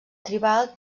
tribal